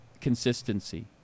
consistency